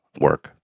work